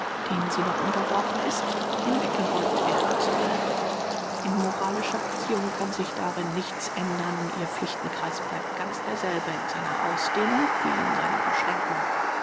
denen sie noch unterworfen ist hinweggeräumt werden sollen in moralischer beziehung kann sich darin nichts ändern ihr pflichtenkreis bleibt ganz derselbe in seiner ausdehnung wie in seiner beschränkung